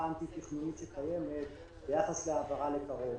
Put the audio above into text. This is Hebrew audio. האנטי-תכנונית שקיימת ביחס להעברה לקרוב.